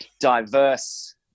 diverse